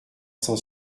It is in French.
cent